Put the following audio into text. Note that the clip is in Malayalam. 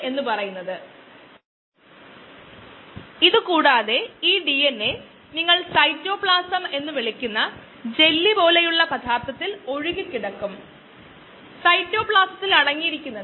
x സീറോ ബാച്ചിന്റെ തുടക്കത്തിലെ സാന്ദ്രതയിൽ നിന്ന് വളരെ വ്യത്യസ്തമായിരിക്കില്ല പക്ഷേ ചിലപ്പോൾ വ്യത്യാസമുണ്ടാകാം